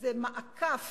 זה מעקף